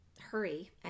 hurry